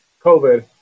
COVID